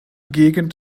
gegend